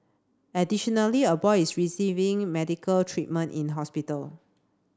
additionally a boy is receiving medical treatment in hospital